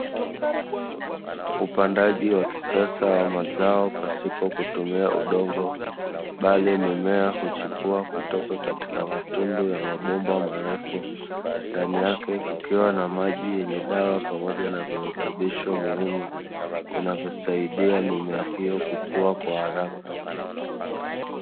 Upandaji wa kisasa wa mazao pasipo kutumia udongo, bali mimea huchipua kutoka katika matundu ya mabomba marefu, ndani yake kukiwa na maji yenye dawa pamoja na virutubisho muhimu, vinavyosaidia mimea hiyo kukua kwa haraka.